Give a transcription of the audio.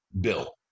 bill